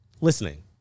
listening